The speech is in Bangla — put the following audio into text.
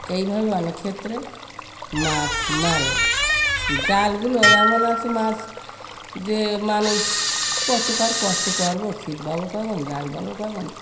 এই ভাবে অনেক ক্ষেত্রে মাছ মারে জালগুলো এমন আছে মাছ যে মানুষ কতকার কষ্ট করব ছিপ পাব কখন জাল পাব কখন